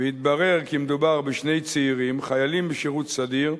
והתברר כי מדובר בשני צעירים, חיילים בשירות סדיר,